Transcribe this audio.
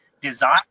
design